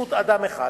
בזכות אדם אחד.